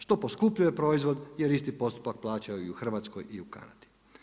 Što poskupljuje proizvod jer isti postupak plaćaju i u Hrvatskoj i u Kanadi.